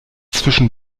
zwischen